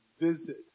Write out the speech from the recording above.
visit